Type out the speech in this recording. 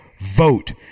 vote